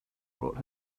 brought